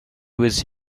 was